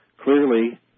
clearly